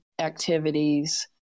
activities